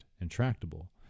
Intractable